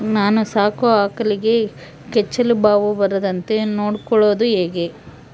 ನಾನು ಸಾಕೋ ಆಕಳಿಗೆ ಕೆಚ್ಚಲುಬಾವು ಬರದಂತೆ ನೊಡ್ಕೊಳೋದು ಹೇಗೆ?